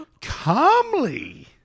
calmly